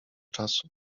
czasu